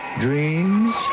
dreams